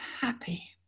happy